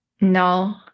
No